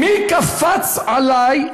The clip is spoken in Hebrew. מי קפץ עלי?